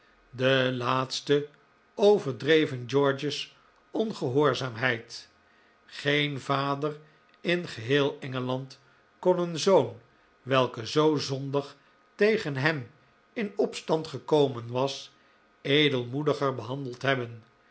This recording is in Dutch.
de laatste overdreven george's ongehoorzaamheid geen vader in geheel engeland kon een zoon welke zoo zondig tegen hem in opstand gekomen was edelmoediger behandeld hebben